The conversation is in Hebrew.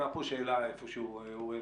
הייתה טמונה פה שאלה איפשהו, אוריאל.